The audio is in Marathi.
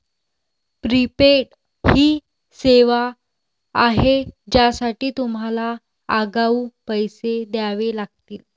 प्रीपेड ही सेवा आहे ज्यासाठी तुम्हाला आगाऊ पैसे द्यावे लागतील